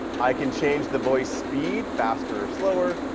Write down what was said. i can change the voice speed faster or slower.